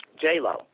J-Lo